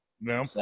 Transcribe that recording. no